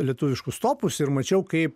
lietuviškus topus ir mačiau kaip